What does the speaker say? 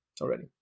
already